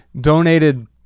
Donated